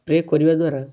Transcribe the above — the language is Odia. ସ୍ପ୍ରେ କରିବା ଦ୍ୱାରା